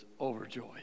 overjoyed